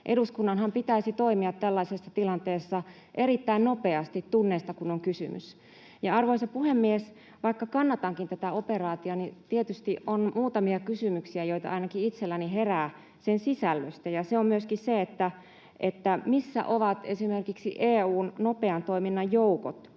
Eduskunnanhan pitäisi toimia tällaisessa tilanteessa erittäin nopeasti, tunneista kun on kysymys. Arvoisa puhemies! Vaikka kannatankin tätä operaatiota, niin tietysti on muutamia kysymyksiä, joita ainakin itselläni herää sen sisällöstä. Missä ovat esimerkiksi EU:n nopean toiminnan joukot